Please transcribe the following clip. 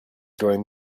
during